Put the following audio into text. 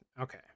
Okay